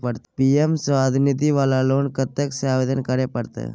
PM Svanidhi वाला loan कत्ते से आवेदन करे परतै?